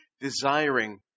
desiring